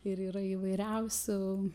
ir yra įvairiausių